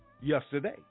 yesterday